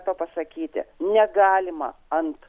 to pasakyti negalima ant